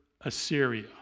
Assyria